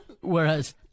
Whereas